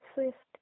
Swift